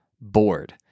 bored